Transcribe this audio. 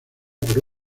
por